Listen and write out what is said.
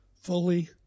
fully